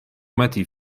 meti